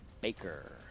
Baker